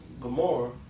Gomorrah